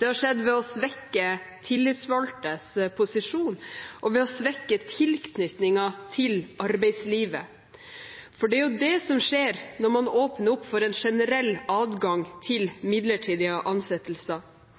Det har skjedd ved å svekke tillitsvalgtes posisjon og ved å svekke tilknytningen til arbeidslivet. Det er det som skjer når man åpner opp for en generell adgang til midlertidige ansettelser.